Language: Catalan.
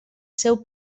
seu